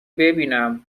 ببینم